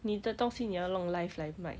你的东西你要用 live 来卖